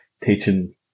teaching